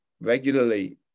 regularly